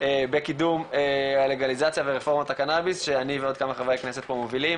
בקידום הלגליזציה ורפורמת הקנביס שאני ועוד כמה חברי כנסת פה מובילים,